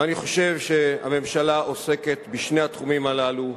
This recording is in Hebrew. אני חושב שהממשלה עוסקת בשני התחומים הללו,